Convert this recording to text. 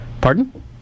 pardon